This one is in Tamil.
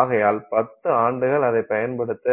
ஆகையால் 10 ஆண்டுகள் அதைப் பயன்படுத்த